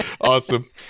Awesome